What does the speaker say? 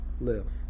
live